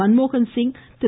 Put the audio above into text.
மன்மோகன் சிங் திரு